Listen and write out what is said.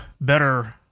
better